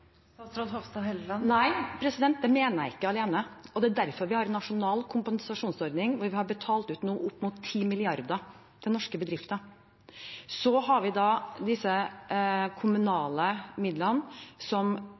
Nei, det mener jeg ikke – ikke alene. Det er derfor vi har en nasjonal kompensasjonsordning, hvor vi har betalt ut bortimot 10 mrd. kr til norske bedrifter. Så har vi disse kommunale midlene, der kommunene skal avgjøre hvilke bedrifter som